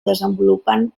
desenvolupen